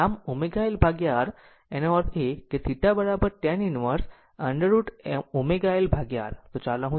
આમ L ω R નો અર્થ એ કેθ tan inverse √ωL R તો ચાલો હું તેને સમજાવું